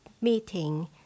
meeting